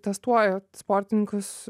testuoja sportininkus